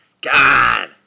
God